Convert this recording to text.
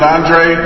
Andre